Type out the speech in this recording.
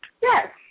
Yes